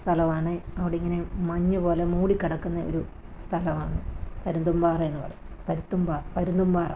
സ്ഥലമാണ് അവിടെ ഇങ്ങനെ മഞ്ഞു പോലെ മൂടിക്കിടക്കുന്ന ഒരു സ്ഥലമാണ് പരുന്തും പാറയെന്ന് പറയും പരുത്തും പാ പരുന്തും പാറ